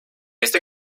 este